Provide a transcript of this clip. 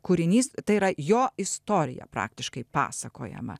kūrinys tai yra jo istorija praktiškai pasakojama